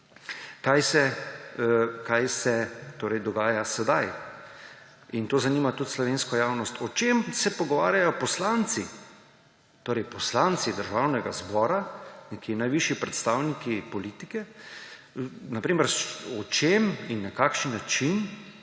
torej dogaja sedaj − in to zanima tudi slovensko javnost, o čem se pogovarjajo poslanci − torej poslanci Državnega zbora, nekje najvišji predstavniki politike. Na primer, o čem in na kakšen način